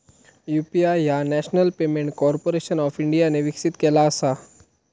UPI ह्या national payment corporation of इंडियाने विकसित केला असा